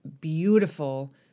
beautiful